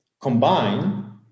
combine